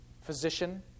physician